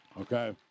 okay